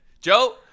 Joe